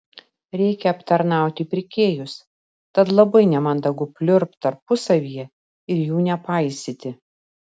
reikia aptarnauti pirkėjus tad labai nemandagu pliurpt tarpusavyje ir jų nepaisyti